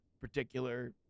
particular